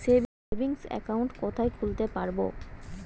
Savings account কোথায় খুলতে পারব?